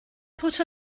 put